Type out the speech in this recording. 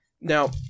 Now